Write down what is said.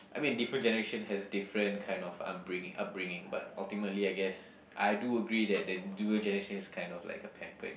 I mean different generation has different kind of upbringing upbringing but ultimately I guess I do agree that the newer generation is kind of like a pampered